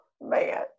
Man